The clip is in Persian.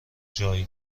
جای